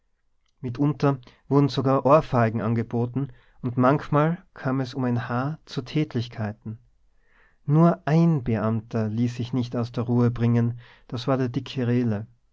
mitunter wurden sogar ohrfeigen angeboten und manchmal kam es um ein haar zu tätlichkeiten nur ein beamter ließ sich nicht aus der ruhe bringen das war der dicke